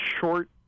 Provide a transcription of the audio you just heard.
short